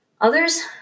Others